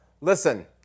Listen